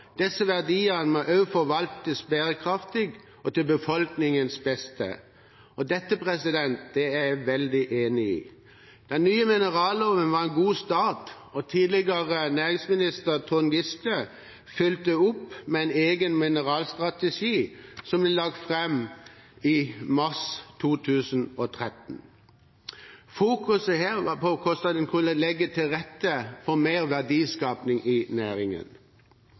Disse verdiene må også forvaltes bærekraftig og til befolkningens beste.» Dette er jeg veldig enig i. Den nye mineralloven var en god start, og tidligere næringsminister Trond Giske fulgte opp med en egen mineralstrategi som ble lagt fram i mars 2013. En fokuserte her på hvordan man kunne legge til rette for mer verdiskaping i næringen.